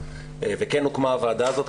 וכן הוקמה הוועדה הזאת,